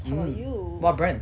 mm what brand